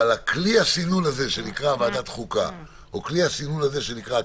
כלי הסינון הזה שנקרא ועדת חוקה או כלי הסינון שנקרא הכנסת,